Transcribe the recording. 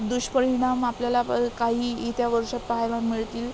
दुष्परिणाम आपल्याला ब् काही येत्या वर्षांत पाहायला मिळतील